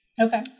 Okay